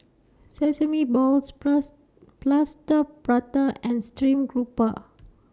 Sesame Balls Plus Plaster Prata and Stream Grouper